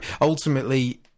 ultimately